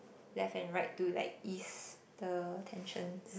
left and right to like ease the tensions